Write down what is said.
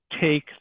take